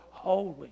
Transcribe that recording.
holy